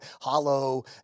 hollow